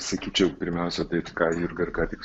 sakyčiau pirmiausia tai ką jurga ir ką tik